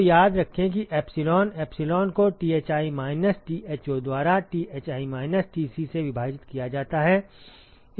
तो याद रखें कि एप्सिलॉन एप्सिलॉन को Thi माइनस Tho द्वारा Thi माइनस Tc से विभाजित किया जाता है